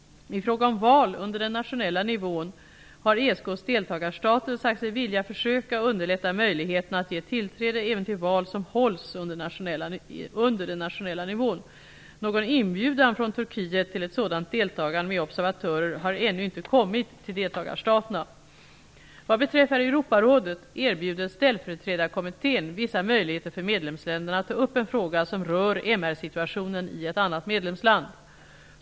I fråga om val under den nationella nivån har ESK:s deltagarstater sagt sig vilja försöka underlätta möjligheterna att ge tillträde även till val som hålls under den nationella nivån. Någon inbjudan från Turkiet till ett sådant deltagande med observatörer har ännu inte kommit till deltagarstaterna. Vad beträffar Europarådet erbjuder ställföreträdarkommittén vissa möjligheter för medlemsländerna att ta upp en fråga som rör MR situationen i ett annat medlemsland.